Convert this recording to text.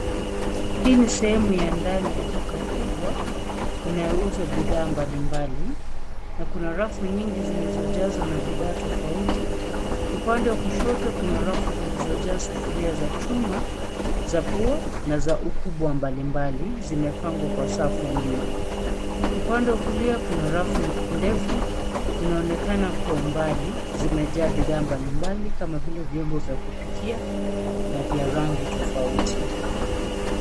Hii ni sehemu ya ndani ya duka kubwa, inayouza bidhaa mbalimbali, na kuna rafu nyingi zilizojazwa na bidhaa tofauti. Upande wa kushoto kuna rafu zilizojaa sufuria za chuma, za puo na za ukubwa mbalimbali zimepangwa kwa safu wima. Upande wa kulia kuna rafu ndefu, zinaonekana kwa umbali zimejaa bidhaa mbalimbali kama vile vyombo vya kupikia, na vya rangi tofauti.